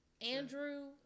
Andrew